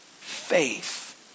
faith